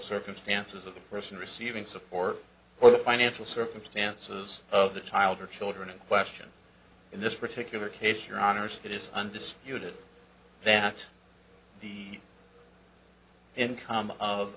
circumstances of the person receiving support or the financial circumstances of the child or children in question in this particular case your honour's it is undisputed that the income of